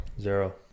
zero